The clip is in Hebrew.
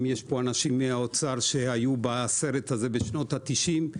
אם יש פה אנשים מהאוצר שהיו בסרט הזה בשנות ה-90,